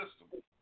system